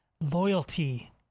loyalty